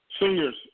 seniors